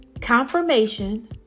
confirmation